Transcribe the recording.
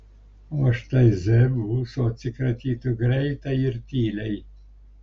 o štai z mūsų atsikratytų greitai ir tyliai